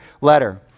letter